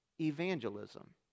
evangelism